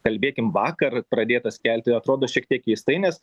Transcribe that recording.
kalbėkim vakar pradėtas kelti atrodo šiek tiek keistai nes